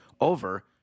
over